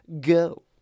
Go